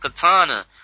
katana